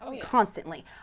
constantly